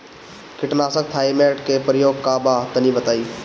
कीटनाशक थाइमेट के प्रयोग का बा तनि बताई?